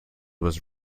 was